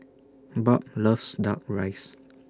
Barb loves Duck Rice